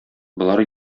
болар